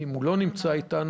אם לא נעבור לאודי